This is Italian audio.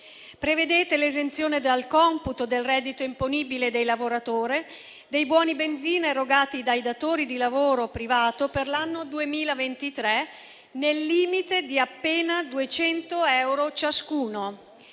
Prevedete l'esenzione dal computo del reddito imponibile dei lavoratori dei buoni benzina erogati dai datori di lavoro privato per l'anno 2023, nel limite di appena 200 euro ciascuno.